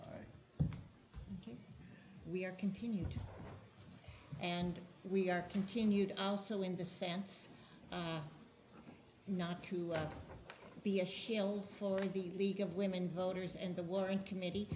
are continued and we are continued also in the sense not to be a shill for the league of women voters and the war in committee